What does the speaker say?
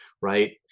right